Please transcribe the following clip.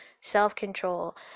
self-control